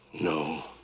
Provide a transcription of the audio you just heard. No